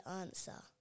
answer